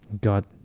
God